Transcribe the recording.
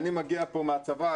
אני מגיע לכאן מהצבא,